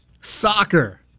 Soccer